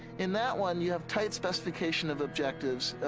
in that one, you have tight specification of objectives.